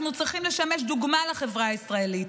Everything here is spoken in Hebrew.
אנחנו צריכים לשמש דוגמה לחברה הישראלית.